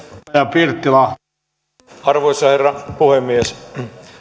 arvoisa herra puhemies